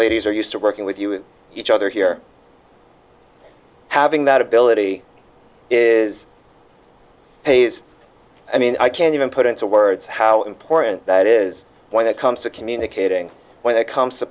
ladies are used to working with each other here having that ability is pays i mean i can't even put into words how important that is when it comes to communicating when it comes to